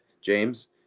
James